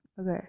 Okay